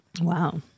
wow